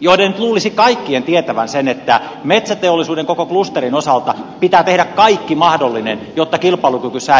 joten nyt luulisi kaikkien tietävän sen että metsäteollisuuden koko klusterin osalta pitää tehdä kaikki mahdollinen jotta kilpailukyky säilyy